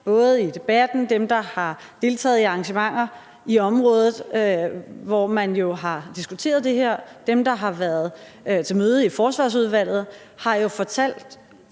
både i debatten og har deltaget i arrangementer i området, hvor man jo har diskuteret det her, dem, der har været til møde i Forsvarsudvalget, har fortalt